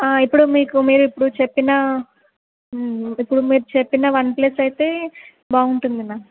ఇప్పుడు మీకు మీరు ఇప్పుడు చెప్పిన ఇప్పుడు మీరు చెప్పిన వన్ప్లస్ అయితే బాగుంటుంది మ్యామ్